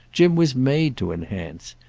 jim was made to enhance.